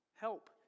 help